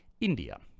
India